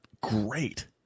great